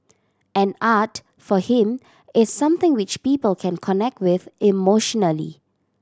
and art for him is something which people can connect with emotionally